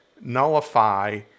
nullify